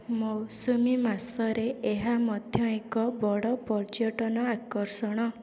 ମୌସୁମୀ ମାସରେ ଏହା ମଧ୍ୟ ଏକ ବଡ ପର୍ଯ୍ୟଟନ ଆକର୍ଷଣ